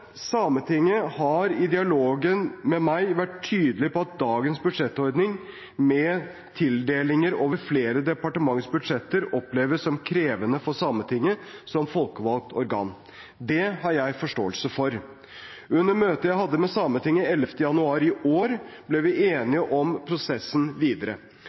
Sametinget har i dialogen med meg vært tydelig på at dagens budsjettordning med tildelinger over flere departementers budsjetter oppleves som krevende for Sametinget som folkevalgt organ. Det har jeg forståelse for. Under møtet jeg hadde med Sametinget 11. januar i år, ble vi enige om prosessen videre.